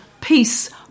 peace